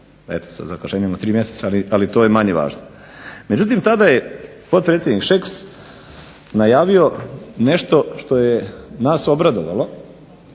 eto sa zakašnjenjem od tri mjeseca, ali to je manje važno. Međutim, tada je potpredsjednik Šeks najavio nešto što je nas obradovalo,